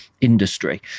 industry